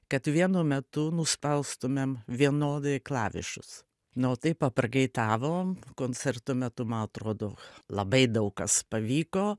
kad vienu metu nuspaustumėm vienodai klavišus nu o taip paprakaitavom koncerto metu man atrodo labai daug kas pavyko